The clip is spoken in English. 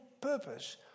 purpose